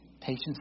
Patience